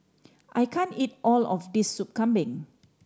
I can't eat all of this Sup Kambing